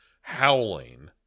howling